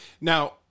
Now